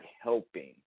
helping